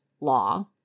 law